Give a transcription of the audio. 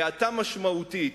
האטה משמעותית,